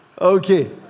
Okay